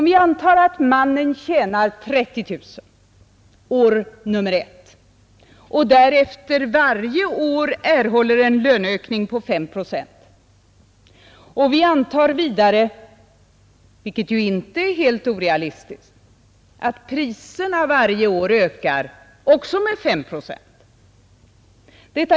Vi antar att mannen tjänar 30 000 kronor år nr 1 och därefter varje år erhåller en löneökning på 5 procent. Vidare antar vi — vilket inte är helt orealistiskt — att priserna varje år också ökar med 5 procent.